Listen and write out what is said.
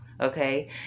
Okay